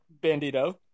Bandito